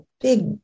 big